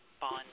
bond